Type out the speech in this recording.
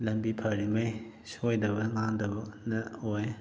ꯂꯝꯕꯤ ꯐꯔꯤꯉꯩ ꯁꯣꯏꯗꯕ ꯉꯥꯝꯗꯕꯅ ꯑꯣꯏ